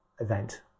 event